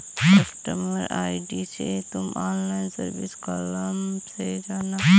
customer ID से तुम online service column में जाना